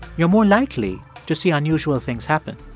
you're more likely to see unusual things happen.